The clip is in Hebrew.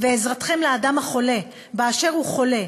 ועזרתכם לאדם החולה באשר הוא חולה,